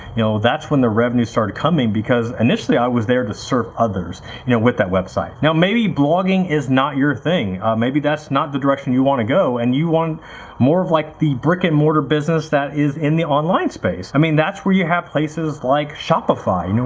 that's when the revenue started coming because initially i was there to serve others you know, with that website. now maybe blogging is not your thing. maybe that's not the direction you want to go and you want more of like the brick and mortar business that is in the online space. i mean that's where you have places like shopify,